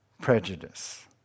prejudice